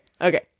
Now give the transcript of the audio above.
okay